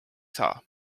saa